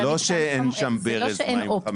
זה לא שאין אופציה.